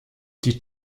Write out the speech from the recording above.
die